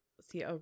see